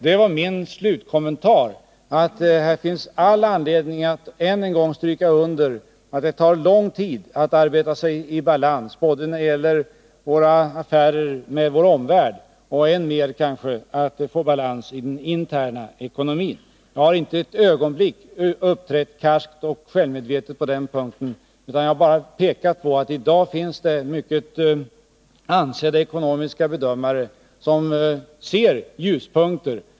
Det var min slutkommentar att det finns all anledning att än en gång stryka under att det tar lång tid att arbeta sig i balans både när det gäller våra affärer med omvärlden och — kanske än mer —- inom den interna ekonomin. Jag har inte ett ögonblick uppträtt karskt och självmedvetet på den punkten. Jag har bara pekat på att i dag finns det mycket ansedda ekonomiska bedömare som ser ljuspunkter.